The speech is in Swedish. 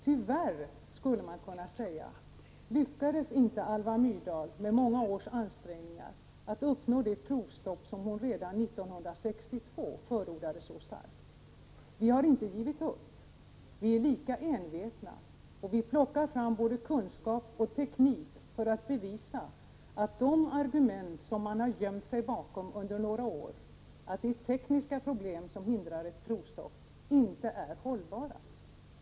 Tyvärr, skulle man kunna säga, lyckades inte Alva Myrdal trots många års ansträngningar att uppnå det provstopp som hon redan 1962 förordade så starkt. Vi har inte givit upp. Vi är lika envetna. Och vi plockar fram både kunskap och teknik för att bevisa att de argument som man har gömt sig bakom under några år, att det är tekniska problem som hindrar ett provstopp, inte är hållbara.